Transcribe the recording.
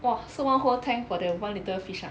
!wah! so one whole tank for that one little fish ah